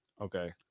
Okay